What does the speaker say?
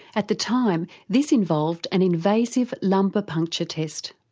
at the time, this involved an invasive lumbar puncture test.